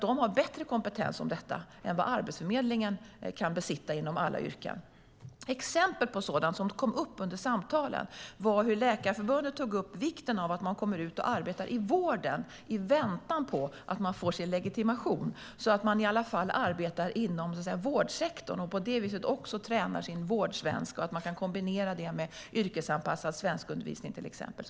De har bättre kompetens i fråga om detta än vad Arbetsförmedlingen kan besitta i fråga om alla yrken. Ett exempel på sådant som kom upp under samtalen: Läkarförbundet tog upp vikten av att man kommer ut och arbetar i vården i väntan på att man får sin legitimation, så att man i alla fall arbetar inom vårdsektorn och på det viset tränar sin vårdsvenska och kan kombinera det med yrkesanpassad svenskundervisning till exempel.